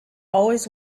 always